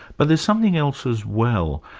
but there's something else as well.